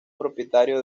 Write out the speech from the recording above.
propietario